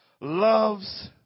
loves